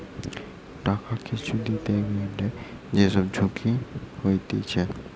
টাকা কিছু দিতে গ্যালে যে সব ঝুঁকি হতিছে